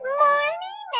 morning